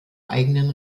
eigenen